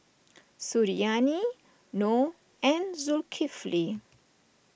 Suriani Noh and Zulkifli